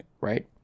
right